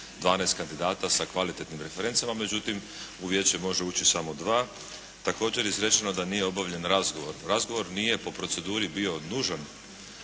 12 kandidata sa kvalitetnim referencama. Međutim, u vijeće može ući samo dva. Također je izrečeno da nije obavljen razgovor. Razgovor nije po proceduri bio nužan